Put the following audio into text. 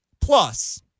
plus